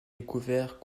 découverts